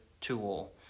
tool